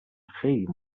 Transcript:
خیلی